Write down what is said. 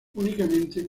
únicamente